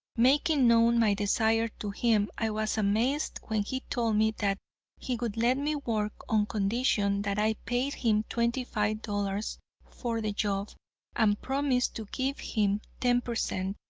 making known my desire to him, i was amazed when he told me that he would let me work on condition that i paid him twenty-five dollars for the job and promised to give him ten per cent.